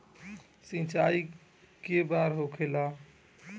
सिंचाई के बार होखेला?